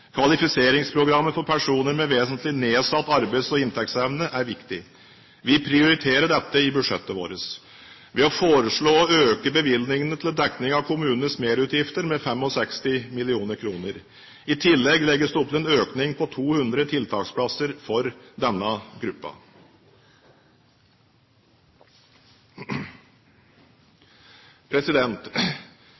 for personer med vesentlig nedsatt arbeids- og inntektsevne er viktig. Vi prioriterer dette i budsjettet vårt, ved å foreslå å øke bevilgningene til dekning av kommunenes merutgifter med 65 mill. kr. I tillegg legges det opp til en økning på 200 tiltaksplasser for denne